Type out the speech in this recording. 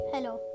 Hello